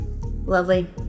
Lovely